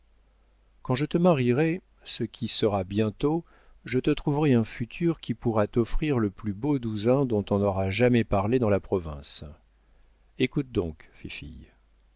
quand je te marierai ce qui sera bientôt je te trouverai un futur qui pourra t'offrir le plus beau douzain dont on aura jamais parlé dans la province écoute donc fifille